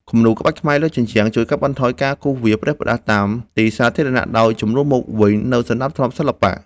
គំនូរក្បាច់ខ្មែរលើជញ្ជាំងជួយកាត់បន្ថយការគូរវាសផ្ដេសផ្ដាស់តាមទីសាធារណៈ ដោយជំនួសមកវិញនូវសណ្ដាប់ធ្នាប់សិល្បៈ។